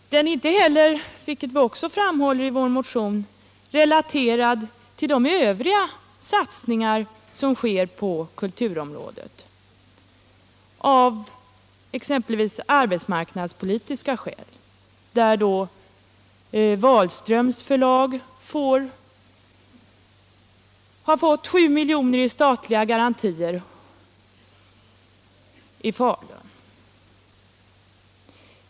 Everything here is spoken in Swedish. Frågan är inte heller, vilket vi också framhåller i vår motion, relaterad till de övriga satsningar som sker på kulturområdet av exempelvis arbetsmarknadspolitiska skäl. Wahlströms i Falun har t.ex. fått 7 milj.kr. i statlig garanti.